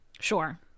sure